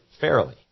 fairly